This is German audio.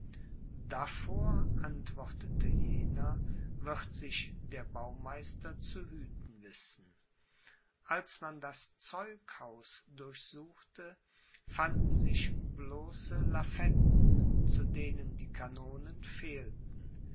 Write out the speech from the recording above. davor antwortete jener wird sich der baumeister zu hüten wissen als man das zeughaus durchsuchte fanden sich bloße lafetten zu denen die kanonen fehlten